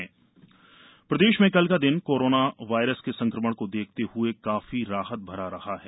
मरीज स्वस्थय प्रदेश में कल का दिन कोरोना वायरस के संक्रमण को देखते हए काफी राहत भरा रहा है